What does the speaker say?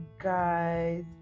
guys